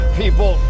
people